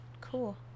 Cool